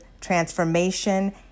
transformation